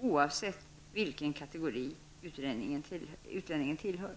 oavsett vilken kategori utlänningen tillhör.